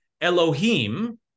Elohim